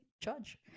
Judge